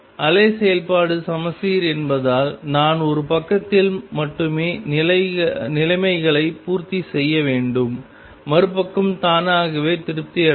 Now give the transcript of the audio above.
அலை செயல்பாடு சமச்சீர் என்பதால் நான் ஒரு பக்கத்தில் மட்டுமே நிலைமைகளை பூர்த்தி செய்ய வேண்டும் மறுபக்கம் தானாகவே திருப்தி அடையும்